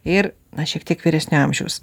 ir na šiek tiek vyresnio amžiaus